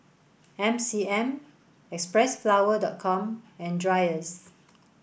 M C M Xpressflower dot com and Dreyers